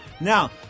now